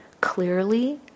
clearly